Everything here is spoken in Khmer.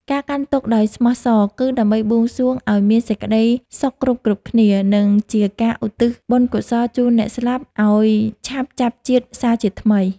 ការកាន់ទុក្ខដោយស្មោះសរគឺដើម្បីបួងសួងឱ្យមានសេចក្តីសុខគ្រប់ៗគ្នា និង ជាការឧទ្ទិសបុណ្យកុសលជូនអ្នកស្លាប់អោយឆាប់ចាប់ជាតិសារជាថ្មី។